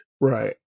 Right